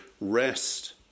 rest